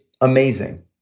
amazing